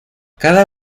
cada